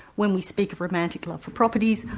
when we speak of romantic love for properties,